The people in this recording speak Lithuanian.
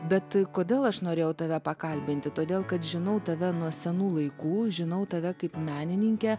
bet kodėl aš norėjau tave pakalbinti todėl kad žinau tave nuo senų laikų žinau tave kaip menininkę